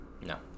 No